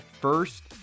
first